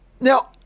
Now